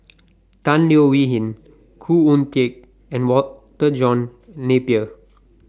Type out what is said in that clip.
Tan Leo Wee Hin Khoo Oon Teik and Walter John Napier